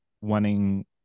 wanting